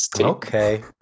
Okay